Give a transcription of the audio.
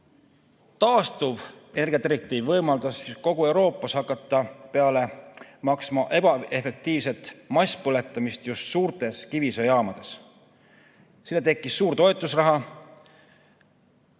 taastuvenergia direktiiv võimaldas kogu Euroopas hakata peale maksma puidu ebaefektiivsele masspõletamisele just suurtes kivisöejaamades. Sinna eraldati suur toetusraha.